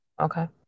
Okay